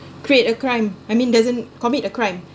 create a crime I mean doesn't commit a crime